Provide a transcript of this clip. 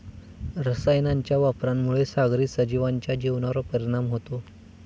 रसायनांच्या वापरामुळे सागरी सजीवांच्या जीवनावर परिणाम होतो